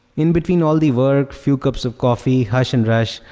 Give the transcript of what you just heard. in between all the work, few cups of coffee, hush and rush.